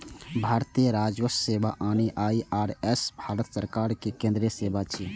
भारतीय राजस्व सेवा यानी आई.आर.एस भारत सरकार के केंद्रीय सेवा छियै